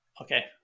Okay